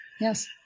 Yes